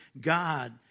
God